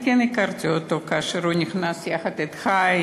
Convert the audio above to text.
הוא נכנס יחד אתך,